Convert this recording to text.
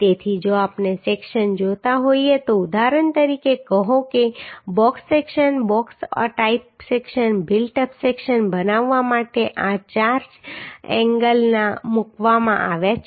તેથી જો આપણે સેક્શન જોતા હોઈએ તો ઉદાહરણ તરીકે કહો કે box section box type section built up section બનાવવા માટે આ ચાર એન્ગલ મૂકવામાં આવ્યા છે